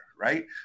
right